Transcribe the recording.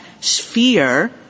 sphere